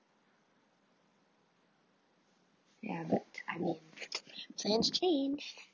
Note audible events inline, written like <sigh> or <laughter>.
ya but I mean <noise> plans change